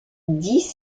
dix